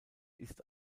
ist